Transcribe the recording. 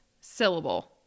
syllable